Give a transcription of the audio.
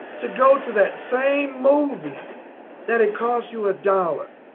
to go to that same movie that it cost you a dollar.